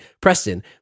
Preston